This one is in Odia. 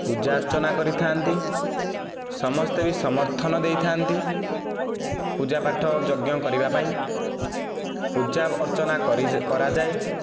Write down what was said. ପୂଜାର୍ଚ୍ଚନା କରିଥାନ୍ତି ସମସ୍ତେ ବି ସମର୍ଥନ ଦେଇଥାନ୍ତି ପୂଜାପାଠ ଯଜ୍ଞ କରିବାପାଇଁ ପୂଜାର୍ଚ୍ଚନା କରାଯାଏ